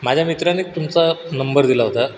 माझ्या मित्राने तुमचा नंबर दिला होता